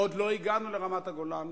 עוד לא הגענו לרמת-הגולן,